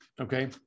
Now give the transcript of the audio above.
okay